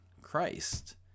Christ